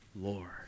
Lord